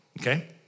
okay